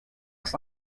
was